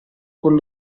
con